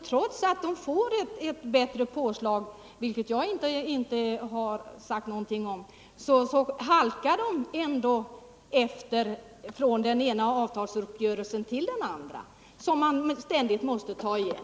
Trots att de får ett bättre påslag, vilket jag inte har förnekat, så halkar de ändå efter från den ena avtalsuppgörelsen till den andra. Det är en eftersläpning som man ständigt måste ta igen.